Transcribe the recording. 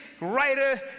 writer